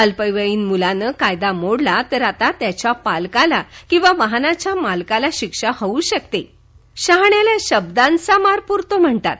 अल्पवयीन मुलानं कायदा मोडला तर आता त्याच्या पालकाला किंवा वाहनाच्या मालकाला शिक्षा होऊ शकते शहाण्याला शब्दांचा मार पुरतो म्हणतात